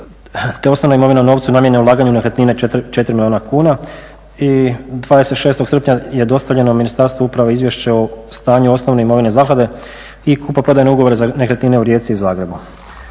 te osnovna imovina u novcu namijenjena ulaganju u nekretnine 4 milijuna kuna. I 26. srpnja je dostavljeno Ministarstvu uprave izvješće o stanju osnovne imovine zaklade i kupoprodajne ugovore za nekretnine u Rijeci i Zagrebu.